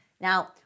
Now